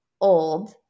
old